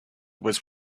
was